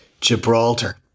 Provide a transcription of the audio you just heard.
Gibraltar